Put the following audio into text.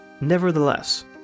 Nevertheless